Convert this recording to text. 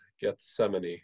Gethsemane